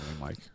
Mike